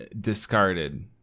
discarded